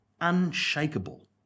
unshakable